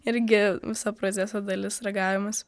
irgi visa proceso dalis ragavimas